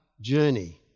journey